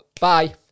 Bye